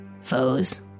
foes